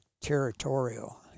territorial